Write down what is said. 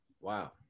Wow